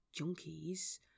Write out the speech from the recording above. junkies